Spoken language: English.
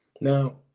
Now